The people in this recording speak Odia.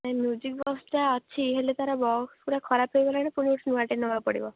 ନାଇଁ ମ୍ୟୁଜିକ୍ ବକ୍ସ୍ଟା ଅଛି ହେଲେ ତା'ର ବକ୍ସ୍ ପୁରା ଖରାପ ହେଇଗଲାଣି ପୁଣି ଗୋଟେ ନୂଆଟେ ନେବାକୁ ପଡ଼ିବ